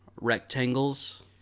rectangles